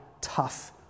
tough